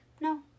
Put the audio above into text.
No